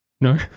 No